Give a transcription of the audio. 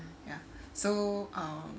ya so um